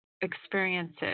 experiences